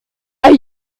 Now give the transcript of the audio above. are